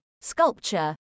sculpture